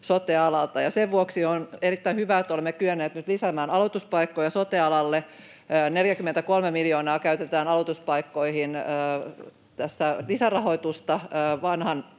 sote-alalta, ja sen vuoksi on erittäin hyvä, että olemme kyenneet nyt lisäämään aloituspaikkoja sote-alalle: 43 miljoonaa lisärahoitusta käytetään tässä aloituspaikkoihin